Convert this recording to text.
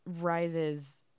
rises